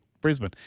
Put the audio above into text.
Brisbane